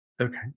Okay